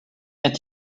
heure